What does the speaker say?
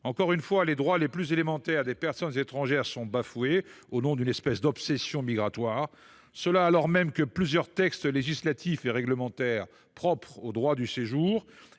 Encore une fois, les droits les plus élémentaires des personnes étrangères sont bafoués au nom d’une obsession migratoire, alors même que plusieurs textes législatifs et réglementaires propres au droit du séjour